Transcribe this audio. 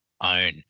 own